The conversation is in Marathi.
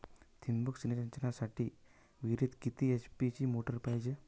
ठिबक सिंचनासाठी विहिरीत किती एच.पी ची मोटार पायजे?